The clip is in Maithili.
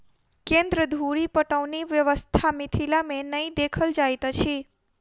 केन्द्र धुरि पटौनी व्यवस्था मिथिला मे नै देखल जाइत अछि